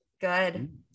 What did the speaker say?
good